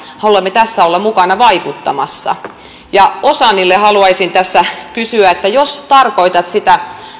haluamme tässä olla mukana vaikuttamassa ozanilta haluaisin tässä kysyä että jos tarkoitat sitä